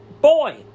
Boy